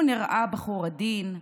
הוא נראה בחור עדין,